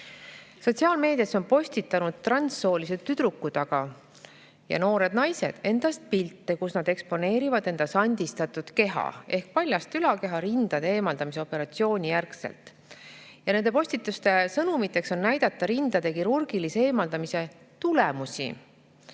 Sotsiaalmeedias on postitanud transsoolised tüdrukud ja noored naised endast pilte, kus nad eksponeerivad enda sandistatud keha ehk paljast ülakeha rindade eemaldamise operatsiooni järgselt. Nende postituste sõnumiks on näidata rindade kirurgilise eemaldamise tulemusi.